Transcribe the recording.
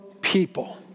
people